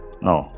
No